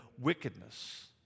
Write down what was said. wickedness